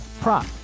prop